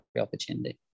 opportunity